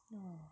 mm